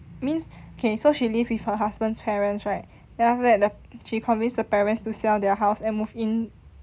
means okay so she lived with her husband's parents right then after that the she convinced her parents to sell their house and move in